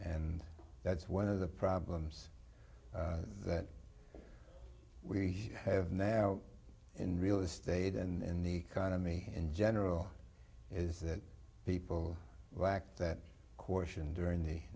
and that's one of the problems that we have now in real estate and the economy in general is that people lack that coercion during the